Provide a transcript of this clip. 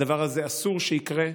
הדבר הזה, אסור שיקרה.